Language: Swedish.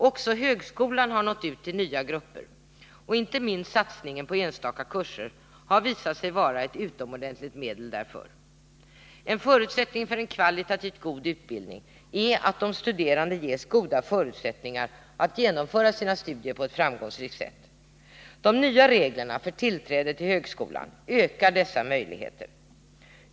Också högskolan har nått ut till nya grupper, och inte minst satsningen på enstaka kurser har visat sig vara ett utomordentligt medel därför. En förutsättning för en kvalitativ god utbildning är att de studerande ges goda förutsättningar att genomföra sina studier på ett framgångsrikt sätt. De nya reglerna för tillträde till högskolan ökar dessa möjligheter.